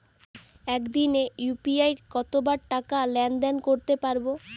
একদিনে ইউ.পি.আই কতবার টাকা লেনদেন করতে পারব?